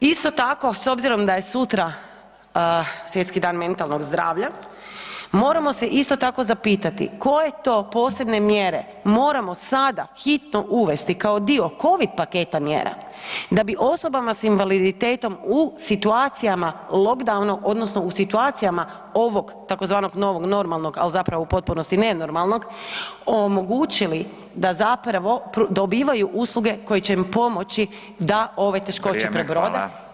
Isto tako, s obzirom da je sutra Svjetski dan mentalnog zdravlja, moramo se isto tako zapitati, koje to posebne mjere moramo sada hitno uvesti kao dio Covid paketa mjera da bi osobama s invaliditetom u situacijama lockdowna odnosno u situacijama ovog tzv. novog normalnog, ali zapravo u potpunosti nenormalnog, omogućili da zapravo dobivaju usluge koje će im pomoći da ove teškoće prebrode